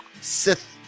sith